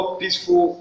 peaceful